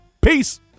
Peace